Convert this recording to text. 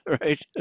Right